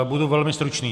Budu velmi stručný.